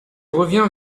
revient